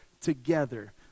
together